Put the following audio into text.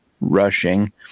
rushing